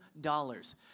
dollars